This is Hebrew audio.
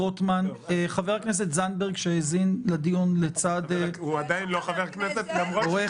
האחת היא לגבי הרציונל של החקיקה מטעם הממשלה,